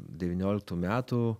devynioliktų metų